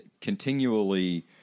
continually